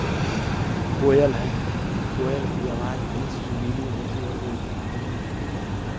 कोयल है कोयल की आवाज इतनी सुरीली होती है जो आदमी